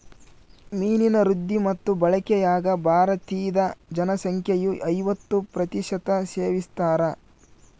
ಮೀನಿನ ವೃದ್ಧಿ ಮತ್ತು ಬಳಕೆಯಾಗ ಭಾರತೀದ ಜನಸಂಖ್ಯೆಯು ಐವತ್ತು ಪ್ರತಿಶತ ಸೇವಿಸ್ತಾರ